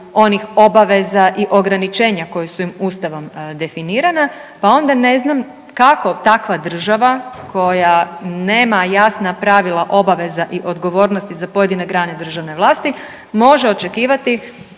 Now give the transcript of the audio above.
onih obaveza i ograničenja koja su im Ustavom definirana, pa onda ne znam kako takva država koja nema jasna pravila obaveza i odgovornosti za pojedine grane državne vlasti može očekivati